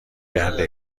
کرده